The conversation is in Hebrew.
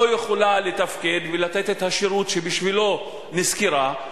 לא יכולה לתפקד ולתת את השירות שבשבילו נשכרה,